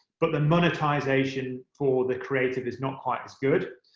but the monetisation for the creative is not quite as good.